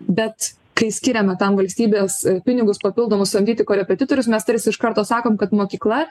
bet kai skiriame tam valstybės pinigus papildomus samdyti korepetitorius mes tarsi iš karto sakom kad mokykla